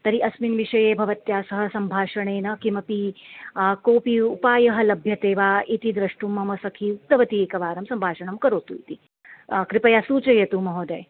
तर्हि अस्मिन् विषये भवत्याः सह सम्भाषणेन किमपि कोपि उपायः लभ्यते वा इति द्रष्टुं मम सखी उक्तवती एकवारं सम्भाषणं करोतु इति कृपया सूचयतु महोदय